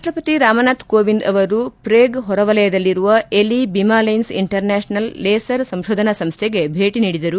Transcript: ರಾಷ್ಷಪತಿ ರಾಮನಾಥ ಕೋವಿಂದ್ ಅವರು ಪೆರುಗ್ವೆ ಹೊರವಲಯದಲ್ಲಿರುವ ಎಲಿ ಬಿಮಾಲ್ಟೆನ್ಸ್ ಇಂಟರ್ನ್ನಾಷನಲ್ ಲೇಸರ್ ಸಂಶೋಧನಾ ಸಂಸ್ನೆಗೆ ಭೇಟಿ ನೀಡಿದರು